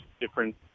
different